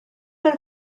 per